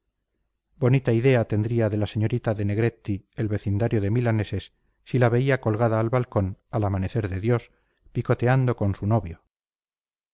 bonita idea tendría de la señorita de negretti el vecindario de milaneses si la veía colgada al balcón al amanecer de dios picoteando con su novio